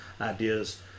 ideas